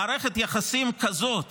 מערכת יחסים כזאת